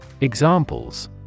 Examples